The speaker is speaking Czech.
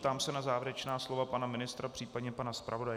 Ptám se na závěrečná slova pana ministra, případně pana zpravodaje.